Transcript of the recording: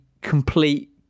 complete